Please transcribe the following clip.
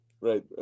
right